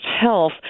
Health